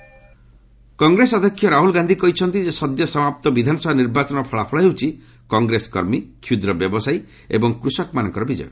Rahul result Congress ଅଧ୍ୟକ୍ଷ ରାହୁଲ ଗାନ୍ଧୀ କହିଛନ୍ତି ଯେ ସଦ୍ୟ ସମାପ୍ତ ବିଧାନସଭା ନିର୍ବାଚନର ଫଳାଫଳ ହେଉଛି କଂଗ୍ରେସକର୍ମୀ କ୍ଷୁଦ୍ର ବ୍ୟବସାୟୀ ଏବଂ କୃଷକମାନଙ୍କର ବିଜୟ